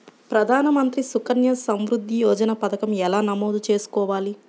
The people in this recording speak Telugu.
ప్రధాన మంత్రి సుకన్య సంవృద్ధి యోజన పథకం ఎలా నమోదు చేసుకోవాలీ?